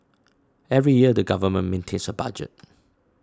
every year the government maintains a budget